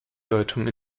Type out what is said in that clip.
deutung